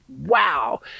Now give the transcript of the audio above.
Wow